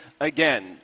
again